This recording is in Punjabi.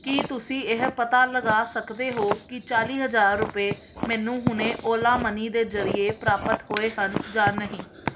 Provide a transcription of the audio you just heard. ਕੀ ਤੁਸੀਂਂ ਇਹ ਪਤਾ ਲਗਾ ਸਕਦੇ ਹੋ ਕਿ ਚਾਲ੍ਹੀ ਹਜ਼ਾਰ ਰੁਪਏ ਮੈਨੂੰ ਹੁਣੇ ਓਲਾ ਮਨੀ ਦੇ ਜਰੀਏ ਪ੍ਰਾਪਤ ਹੋਏ ਹਨ ਜਾਂ ਨਹੀਂ